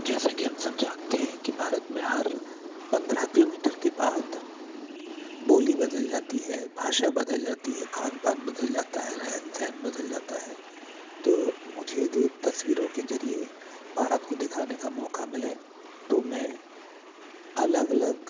जैसा कि हम सब जानते है कि भारत मे हर पंद्रह किलोमीटर के बाद बोली बदल जाती है भाषा बदल जाती है खान पान बदल जाता है रहन सहन बदल जाता है तो मुझे यदि तस्वीरों के जरिए भारत को दिखाने का मौका मिले तो मैं अलग अलग